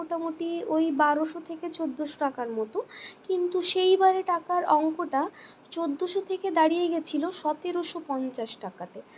মোটামুটি ওই বারোশো থেকে চোদ্দোশো টাকার মতো কিন্তু সেইবার টাকার অঙ্কটা চোদ্দোশো থেকে দাঁড়িয়ে গেছিলো সতেরোশো পঞ্চাশ টাকাতে